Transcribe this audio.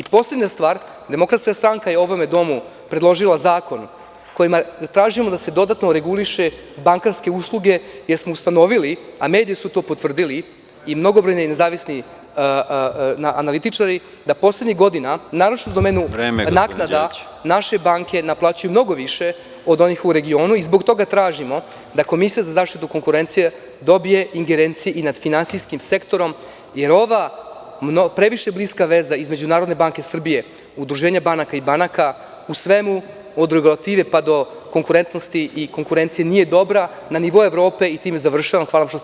Poslednja stvar, DS je u ovom domu predložila zakon kojim tražimo da se dodatno regulišu bankarske usluge, jer smo ustanovili, a mediji su to potvrdili i mnogobrojni nezavisni analitičari, da poslednjih godina, naročito u domenu naknada, naše banke naplaćuju mnogo više od onih u regionu… (Predsedavajući: Vreme.) Zbog toga tražimo da Komisija za zaštitu konkurencije dobije ingerencije i nad finansijskim sektorom, jer ova previše bliska veza između NBS, udruženja banaka i banaka u svemu, od regulative pa do konkurentnosti i konkurencije nije dobra na nivou Evrope.